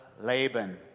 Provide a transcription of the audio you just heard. Laban